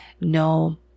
no